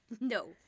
No